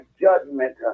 judgment